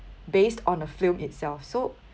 based on a film itself so